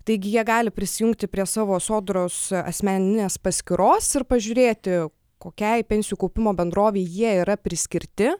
taigi jie gali prisijungti prie savo sodros asmeninės paskyros ir pažiūrėti kokiai pensijų kaupimo bendrovei jie yra priskirti